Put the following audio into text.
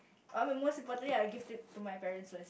I mean most importantly I will give to to my parents first